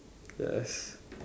yes